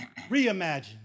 reimagine